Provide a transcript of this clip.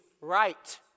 right